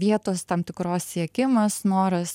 vietos tam tikros siekimas noras